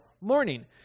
morning